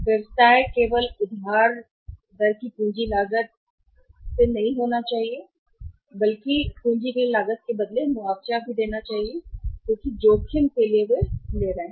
व्यवसाय नहीं होना चाहिए केवल उधार दर की पूंजी की लागत के बदले मुआवजा दिया जाना चाहिए जोखिम के लिए वे ले रहे हैं